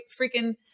freaking